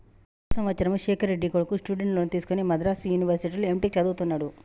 పోయిన సంవత్సరము శేఖర్ రెడ్డి కొడుకు స్టూడెంట్ లోన్ తీసుకుని మద్రాసు యూనివర్సిటీలో ఎంటెక్ చదువుతున్నడు